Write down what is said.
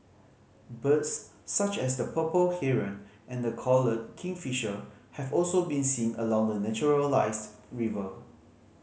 birds such as the purple heron and the collared kingfisher have also been seen along the naturalised river